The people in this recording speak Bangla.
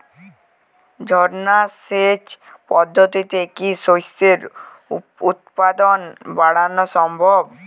ঝর্না সেচ পদ্ধতিতে কি শস্যের উৎপাদন বাড়ানো সম্ভব?